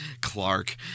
Clark